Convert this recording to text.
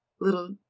little